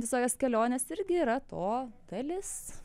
visokios kelionės irgi yra to dalis